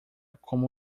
como